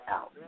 out